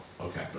Okay